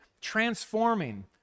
transforming